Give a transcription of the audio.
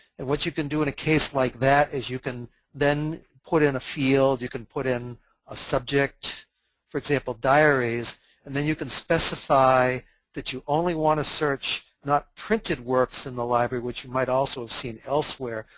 and what you can do in a case like that is you can then put in a field, you can put in a subject for example, diaries and then you can specify that you only want to search unprinted works in the library which you might also have seen elsewhere,